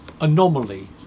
anomaly